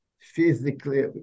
physically